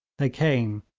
they came,